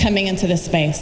coming into the space